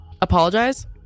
Apologize